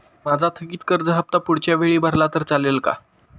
माझा थकीत कर्ज हफ्ता पुढच्या वेळी भरला तर चालेल का?